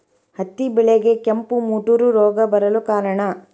ಹತ್ತಿ ಬೆಳೆಗೆ ಕೆಂಪು ಮುಟೂರು ರೋಗ ಬರಲು ಕಾರಣ?